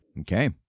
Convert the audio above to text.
Okay